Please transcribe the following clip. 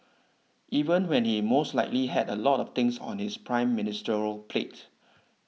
even when he most likely had a lot of things on his Prime Ministerial plate